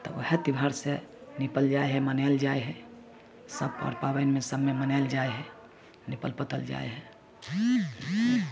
तऽ वएह त्योहारसँ निपल जाइ हइ मनाएल जाइ हइ सब पर पाबनिमे सब मनाएल जाइ हइ निपल पोतल जाइ हइ